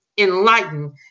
enlighten